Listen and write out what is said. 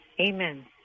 Amen